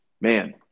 Man